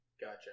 Gotcha